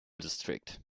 district